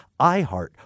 iHeart